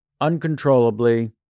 uncontrollably